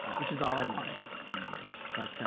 which is all i wanted anyway. but